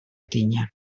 tinya